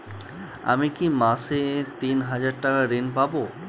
আমি কি মাসে তিন হাজার টাকার ঋণ পাবো?